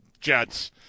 Jets